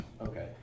okay